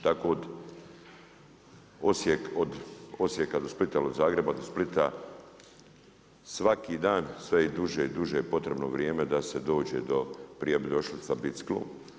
Tako od Osijeka do Splita, od Zagreba do Splita, svaki dan sve je duže i duže potrebno vrijeme da se dođe do, prije bi došlo sa biciklom.